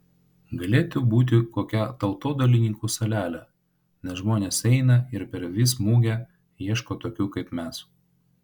galėtų būti kokia tautodailininkų salelė nes žmonės eina ir per vis mugę ieško tokių kaip mes